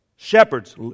Shepherds